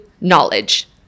knowledge